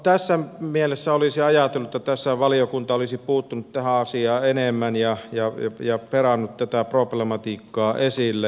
tässä mielessä olisi ajatellut että tässä valiokunta olisi puuttunut tähän asiaan enemmän ja pedannut tätä problematiikkaa esille